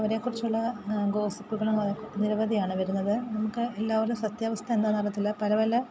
അവരെക്കുറിച്ചുള്ള ഗോസിപ്പുകളും നിരവധിയാണ് വരുന്നത് നമുക്ക് എല്ലാവരുടെയും സത്യാവസ്ഥ എന്താണെന്നറിയത്തില്ല പല പല